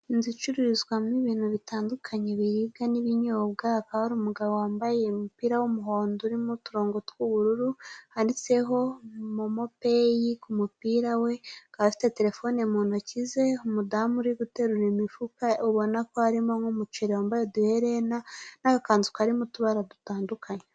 Inzu icururizwamo ibintu bitandukanye biribwa n'ibinyobwa, hakaba hari umugabo wambaye umupira w'umuhondo urimo uturongo tw'ubururu handitseho MOMOPAY ku mupira we akaba afite telefone mu ntoki ze, umudamu uri guterura imifuka ubona ko harimo nk'umuceri wambaye uduherena n'agakanzu karimo utubara dutandukanye.